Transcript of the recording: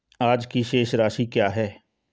आज की शेष राशि क्या है?